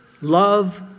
Love